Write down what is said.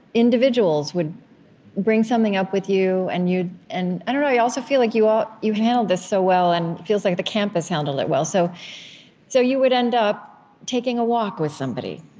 individuals would bring something up with you, and you'd and i don't know. i feel like you um you handled this so well, and feels like the campus handled it well. so so you would end up taking a walk with somebody,